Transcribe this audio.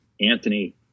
Anthony